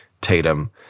tatum